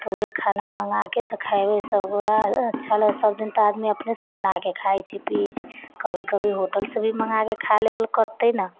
तऽ उहे खाना मँगाके तऽ खैबै सब गोड़ा तऽ अच्छा सब दिन तऽ आदमी अपने से बनाके खाइ छी पियै छी कभी कभी होटल से भी मँगाके खा लेल करतै न